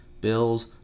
Bills